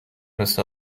مثل